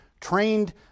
trained